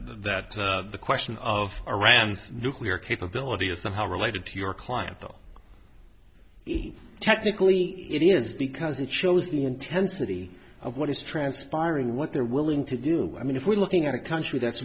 that that the question of iran's nuclear capability is somehow related to your client though technically it is because it shows the intensity of what is transpiring what they're willing to do i mean if we're looking at a country that's